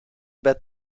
bed